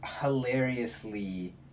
hilariously